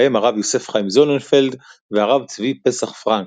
בהם הרב יוסף חיים זוננפלד והרב צבי פסח פרנק,